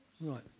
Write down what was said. Right